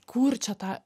kur čia tą